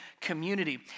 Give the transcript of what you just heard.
community